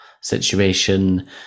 situation